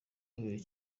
kabiri